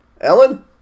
Ellen